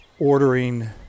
ordering